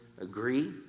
agree